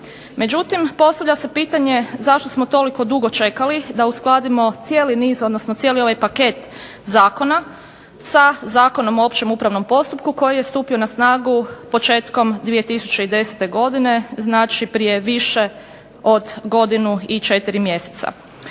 Međutim, postavlja se pitanje zašto smo toliko dugo čekali da uskladimo cijeli niz odnosno cijeli ovaj paket zakona sa Zakonom o općem upravnom postupku koji je stupio na snagu početkom 2010. godine, znači prije više od godinu i 4 mjeseca.